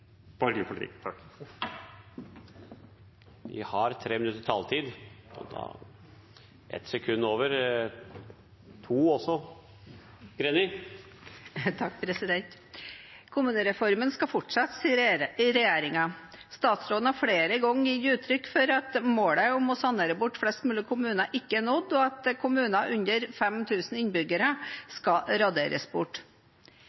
borgerlig politikk. Representantene har 3 minutters taletid – ikke ett sekund over eller to. Kommunereformen skal fortsette, sier regjeringen. Statsråden har flere ganger gitt uttrykk for at målet om å sanere bort flest mulig kommuner ikke er nådd, og at kommuner under 5 000 innbyggere